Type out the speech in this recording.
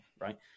right